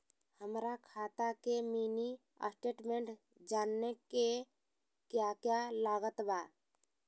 हमरा खाता के मिनी स्टेटमेंट जानने के क्या क्या लागत बा?